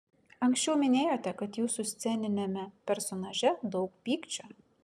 anksčiau minėjote kad jūsų sceniniame personaže daug pykčio